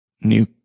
new